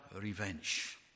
revenge